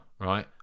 right